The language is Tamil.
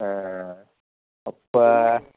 ஆ ஆ அப்போ